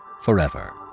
forever